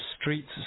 streets